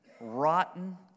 rotten